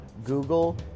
google